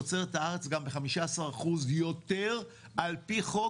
תוצרת הארץ גם ב-15% יותר על-פי חוק,